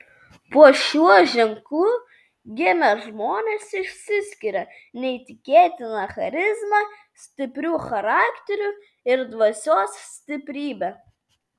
po šiuo ženklu gimę žmonės išsiskiria neįtikėtina charizma stipriu charakteriu ir dvasios stiprybe